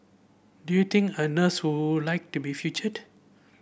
do you think a nurse who like to be featured